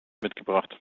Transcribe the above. mitgebracht